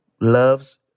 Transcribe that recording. loves